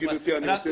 מנכ"ל המועצה לענף